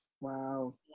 Wow